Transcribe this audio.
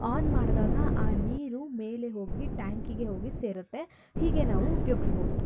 on ಮಾಡಿದಾಗ ಆ ನೀರು ಮೇಲೆ ಹೋಗಿ ಟ್ಯಾಂಕಿಗೆ ಹೋಗಿ ಸೇರತ್ತೆ ಹೀಗೆ ನಾವು ಉಪ್ಯೋಗ್ಸ್ಬೌದು